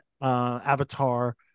Avatar